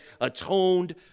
atoned